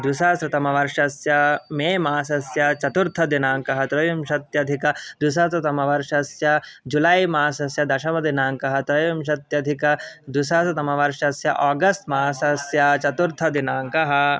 द्विसहस्रतमवर्षस्य मे मासस्य चतुर्थदिनाङ्कः त्रयोविंशत्यधिकद्विसहस्रतमवर्षस्य जुलै मासस्य दशमदिनाङ्कः त्रयोविंशत्यधिकद्विसहस्रतमवर्षस्य आगस्ट् मासस्य चतुर्थदिनाङ्कः